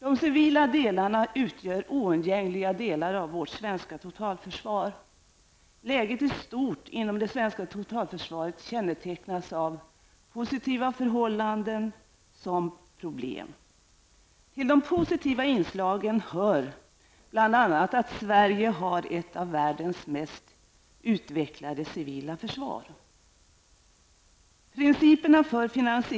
De civila delarna utgör oundgängliga delar av vårt svenska totalförsvar. Läget i stort inom det svenska totalförsvaret kännetecknas av såväl positiva förhållanden som problem. Till de positiva inslagen hör bl.a. att Sverige har ett av världens mest utvecklade civila försvar.